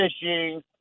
fishing